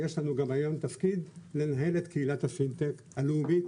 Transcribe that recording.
יש לנו גם היום תפקיד נוסף והוא לנהל את קהילת הפינטק הלאומית,